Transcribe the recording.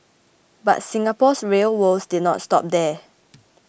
but Singapore's rail woes did not stop there